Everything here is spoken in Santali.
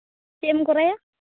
ᱪᱮᱫ ᱮᱢ ᱠᱚᱨᱟᱣᱟ